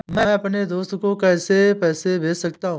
मैं अपने दोस्त को पैसे कैसे भेज सकता हूँ?